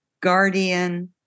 guardian